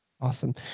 Awesome